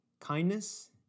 kindness